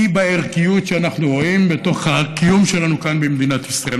היא בערכיות שאנחנו רואים בתוך הקיום שלנו כאן במדינת ישראל.